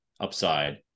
upside